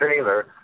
trailer